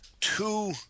two